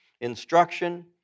instruction